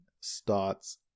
starts